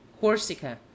Corsica